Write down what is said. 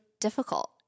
difficult